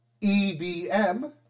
EBM